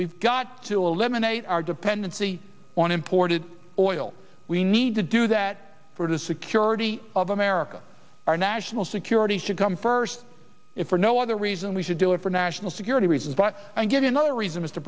we've got to eliminate our dependency on imported oil we need to do that for the security of america our national security should come first if for no other reason we should do it for national security reasons but get another reason